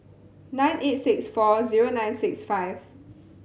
nine eight six four zero nine six five